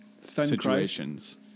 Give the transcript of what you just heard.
situations